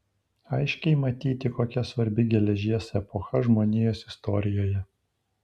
aiškiai matyti kokia svarbi geležies epocha žmonijos istorijoje